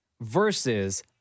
versus